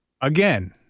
Again